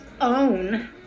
own